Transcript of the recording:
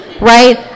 right